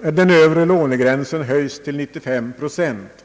den övre lånegränsen höjs till 95 procent.